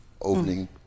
opening